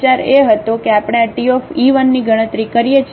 વિચાર એ હતો કે આપણે આ Te1 ની ગણતરી કરીએ છીએ